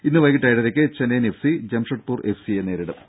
ഇന്നു വൈകിട്ട് ഏഴരക്ക് Chennaiyin F C Jamshedpur F C യെ നേരിടും